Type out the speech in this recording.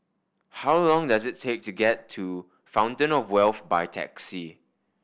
how long does it take to get to Fountain Of Wealth by taxi